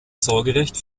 sorgerecht